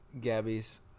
Gabby's